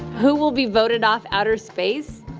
who will be voted off outer space?